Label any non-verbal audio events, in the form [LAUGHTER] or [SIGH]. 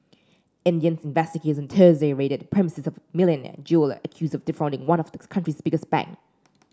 Indian investigators Thursday raided premises of a [UNINTELLIGIBLE] jeweller accused of defrauding one of the country's biggest bank